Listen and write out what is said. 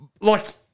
Like-